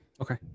Okay